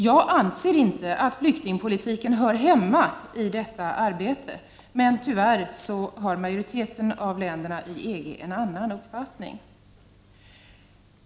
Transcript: Jag anser inte att flyktingpolitiken hör hemma i detta arbete, men tyvärr har majoriteten av länderna i EG en annan uppfattning.